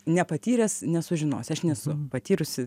nepatyręs nesužinosi aš nesu patyrusi